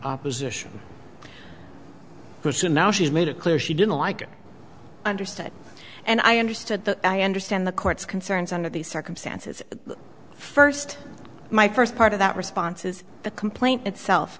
opposition person now she's made it clear she didn't like it understood and i understood that i understand the court's concerns under these circumstances first my first part of that response is the complaint itself